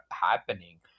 happening